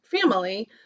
family